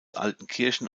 altenkirchen